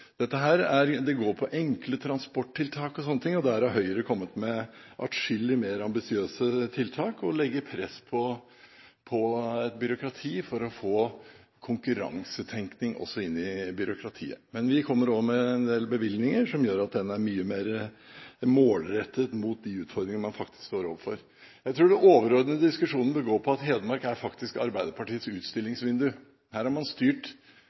Det går på enkle transporttiltak og sånne ting, og der har Høyre kommet med atskillig mer ambisiøse tiltak og presser på for å få konkurransetenkning også inn i byråkratiet. Men vi kommer nå med en del bevilgninger som gjør at denne pakken er mye mer målrettet mot de utfordringene man faktisk står overfor. Jeg tror den overordnede diskusjonen bør gå på at Hedmark faktisk er Arbeiderpartiets utstillingsvindu. Her har man styrt